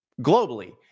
globally